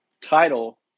title